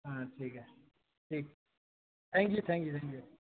ہاں ٹھیک ہے ٹھیک thank you thank you thank you